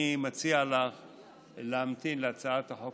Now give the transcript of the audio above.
אני מציע להמתין להצעת החוק